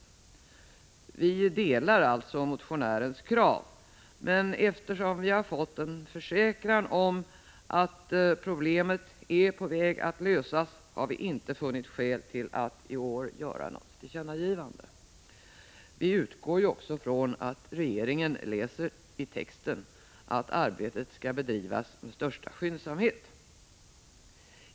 Utskottet delar alltså motionärens krav, men eftersom vi har fått en försäkran om att problemet är på väg att lösas har vi inte funnit skäl till att i år göra något tillkännagivande. Vi utgår från att regeringen läser i texten att arbetet skall bedrivas med största skyndsamhet.